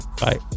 bye